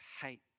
hate